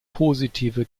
positive